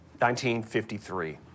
1953